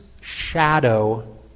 shadow